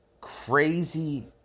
crazy